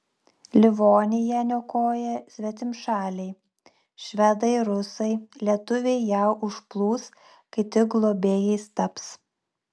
livoniją niokoja svetimšaliai švedai rusai lietuviai ją užplūs kai tik globėjais taps